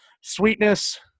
Sweetness